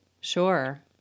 Sure